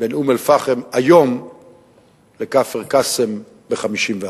בין אום-אל-פחם היום לכפר-קאסם ב-1956,